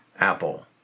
Apple